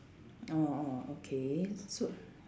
orh orh okay s~ so